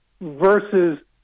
versus